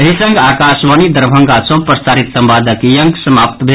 एहि संग आकाशवाणी दरभंगा सँ प्रसारित संवादक ई अंक समाप्त भेल